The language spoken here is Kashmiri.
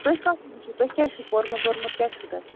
تۄہہِ کَتھ موٗجوٗب تۄہہِ کیٛاہ چھُ پوٚرمُت ووٚرمُت کیٛاہ چھُو تۄہہِ